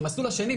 במסלול השני,